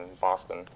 Boston